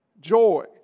Joy